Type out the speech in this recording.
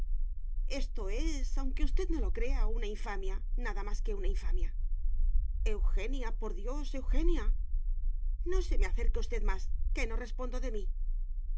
esto es aunque usted no lo crea una infamia nada más que una infamia eugenia por dios eugenia no se me acerque usted más que no respondo de mí